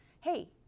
hey